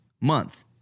month